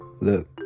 Look